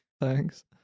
thanks